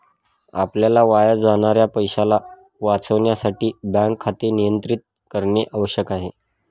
आपल्या वाया जाणाऱ्या पैशाला वाचविण्यासाठी बँक खाते नियंत्रित करणे आवश्यक आहे